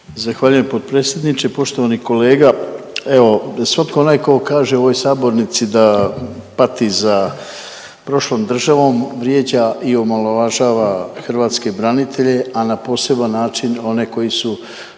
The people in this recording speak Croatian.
Zahvaljujem potpredsjedniče. Poštovani kolega, evo svak onaj ko kaže u ovoj sabornici da pati za prošlom državom vrijeđa i omalovažava hrvatske branitelje, a na poseban način one koji su